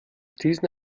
diesen